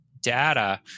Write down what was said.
data